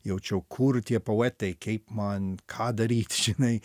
jaučiau kur tie poetai kaip man ką daryt žinai